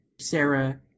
Sarah